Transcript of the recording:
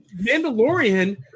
Mandalorian